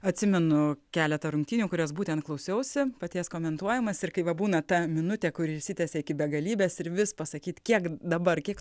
atsimenu keletą rungtynių kurias būtent klausiausi paties komentuojamas ir kai va būna ta minutė kuri išsitęsia iki begalybės ir vis pasakyt kiek dabar kiek